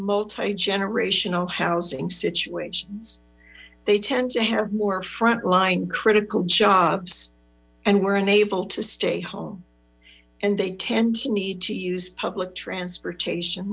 multigenerational housing situations they tend to have more front line critical jobs and were unable to stay home and they tend to need to use public transportation